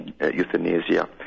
euthanasia